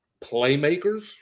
playmakers